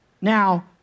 Now